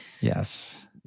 Yes